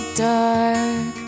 dark